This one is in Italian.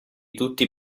tutti